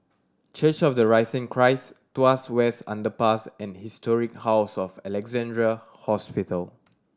Church of the Risen Christ Tuas West Underpass and Historic House of Alexandra Hospital